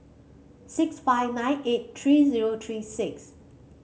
six five nine eight three zero three six